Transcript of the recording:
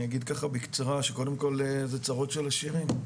אני אגיד ככה בקצרה שקודם כל זה צרות של עשירים.